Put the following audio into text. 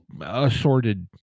assorted